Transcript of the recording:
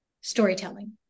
storytelling